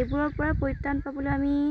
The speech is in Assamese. এইবোৰৰ পৰা পৰিত্ৰাণ পাবলৈ আমি